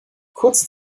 kurze